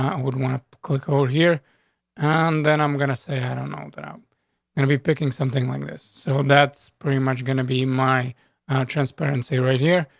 i would want to click old here on. and then i'm going to say i don't know that um gonna be picking something like this. so that's pretty much going to be my transparency right here.